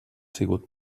sigut